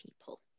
people